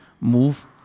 move